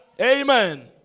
Amen